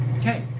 Okay